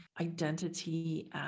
identity